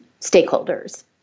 stakeholders